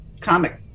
comic